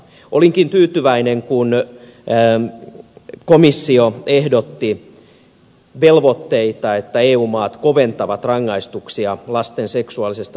olinkin tyytyväinen kun komissio ehdotti velvoitteita että eu maat koventavat rangaistuksia lasten seksuaalisesta hyväksikäytöstä